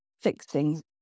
fixing